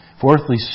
Fourthly